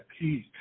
peace